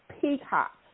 Peacock